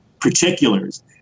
particulars